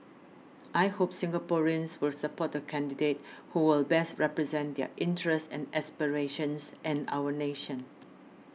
I hope Singaporeans will support the candidate who will best represent their interests and aspirations and our nation